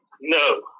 no